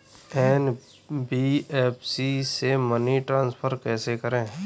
NBFC से money transfer कैसे करें?